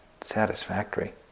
satisfactory